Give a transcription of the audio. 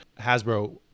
Hasbro